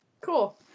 Cool